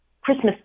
Christmas